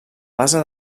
base